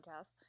podcast